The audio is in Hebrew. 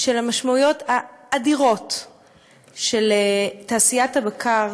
של המשמעויות האדירות של תעשיית הבקר,